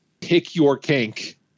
pick-your-kink